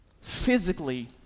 physically